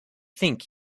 think